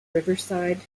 riverside